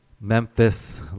Memphis